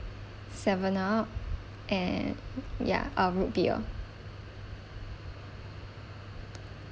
Seven Up and ya uh root beer